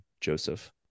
Joseph